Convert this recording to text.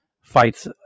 fights